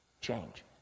change